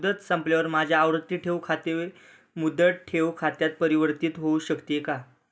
मुदत संपल्यावर माझे आवर्ती ठेव खाते मुदत ठेव खात्यात परिवर्तीत होऊ शकते का?